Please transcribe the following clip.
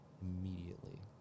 immediately